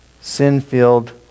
sin-filled